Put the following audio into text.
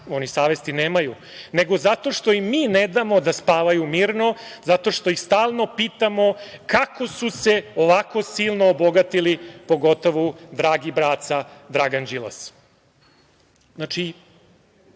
oni savesti nemaju, nego zato što im mi ne damo da spavaju mirno, zato što ih stalno pitamo kako su se ovako silno obogatili, pogotovo dragi braca Dragan Đilas. Mislim